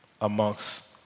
amongst